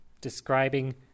describing